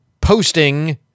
posting